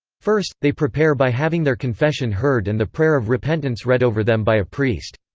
first, they prepare by having their confession heard and the prayer of repentance read over them by a priest.